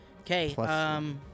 Okay